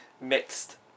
mixed